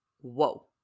whoa